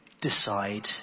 decide